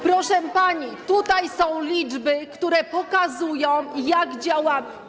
Proszę pani, to są liczby, które pokazują, jak działamy.